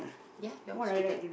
ya your school time